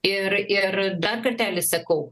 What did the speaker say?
ir ir dar kartelį sakau